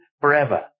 forever